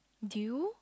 Dew